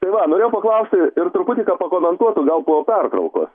tai va norėjau paklausti ir truputį kad pakomentuotų gal po pertraukos